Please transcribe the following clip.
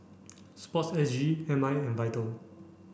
sport S G M I and VITAL